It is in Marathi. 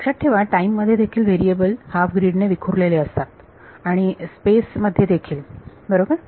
लक्षात ठेवा टाईम मध्ये देखील व्हेरिएबल हाफ ग्रीड ने विखुरलेले असतात आणि स्पेस मध्ये देखील बरोबर